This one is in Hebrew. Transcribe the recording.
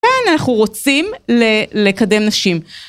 כן, אנחנו רוצים לקדם נשים.